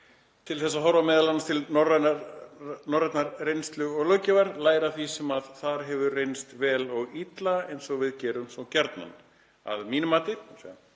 til þess að horfa m.a. til norrænnar reynslu og löggjafar, læra af því sem þar hefur reynst vel og illa eins og við gerum svo gjarnan. Að mínu mati hafa